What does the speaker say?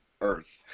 earth